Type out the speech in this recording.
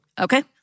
Okay